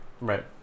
Right